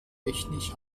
technisch